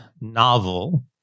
novel